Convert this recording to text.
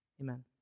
amen